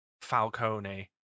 falcone